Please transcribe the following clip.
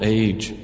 age